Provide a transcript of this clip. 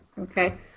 okay